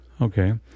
Okay